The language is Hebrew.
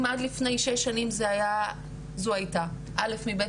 אם עד לפני שש שנים זו הייתה אלף מבית